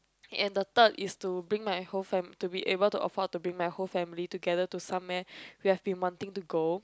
and the third is to bring my whole fam~ to be able to afford to bring my whole family together to somewhere we have been wanting to go